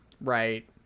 right